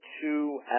two